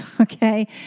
okay